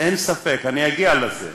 אין ספק, אני אגיע לזה.